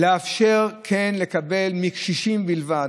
לאפשר כן לקבל, מקשישים בלבד,